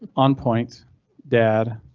on point dad,